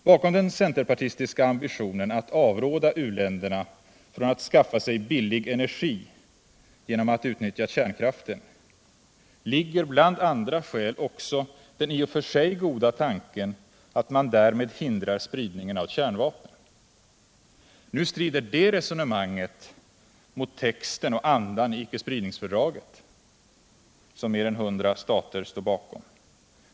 Bakom den centerpartistiska ambitionen att avråda u-länderna från att skaffa sig billig energi genom att utnyttja kärnkraften ligger bland andra skäl också den i och för sig goda tanken, att man därmed hindrar spridningen av kärnvapnen. Nu strider det resonemanget mot texten och andan i icke spridningsfördraget, som mer än 100 stater står bakom.